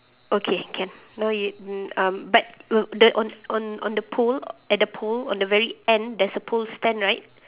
okay can no y~ mm um but w~ the on on on the pole uh at the pole on the very end there's a pole stand right